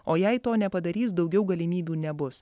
o jei to nepadarys daugiau galimybių nebus